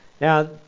Now